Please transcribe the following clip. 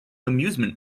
amusement